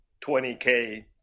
20K